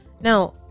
now